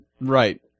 Right